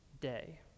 day